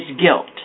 guilt